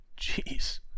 Jeez